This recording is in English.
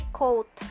coat